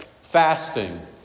fasting